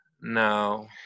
No